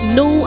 no